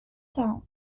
town